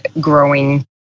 growing